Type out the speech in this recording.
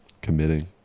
committing